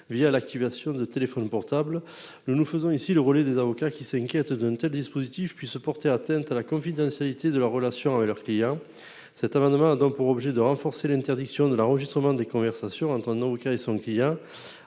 à l'activation de téléphones portables. Nous nous faisons ici le relais des avocats, qui s'inquiètent d'un tel dispositif, susceptible de porter atteinte à la confidentialité de leurs relations avec leurs clients. Cet amendement a pour objet d'interdire l'enregistrement des conversations entre un avocat et son client.